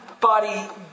body